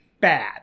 bad